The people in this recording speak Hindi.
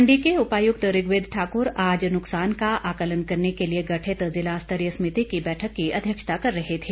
मंडी के उपायुक्त ऋग्वेद ठाकुर आज नुकसान का आंकलन करने के लिए गठित जिला स्तरीय समिति की बैठक की अध्यक्षता कर रहे थे